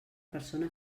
persona